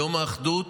יום האחדות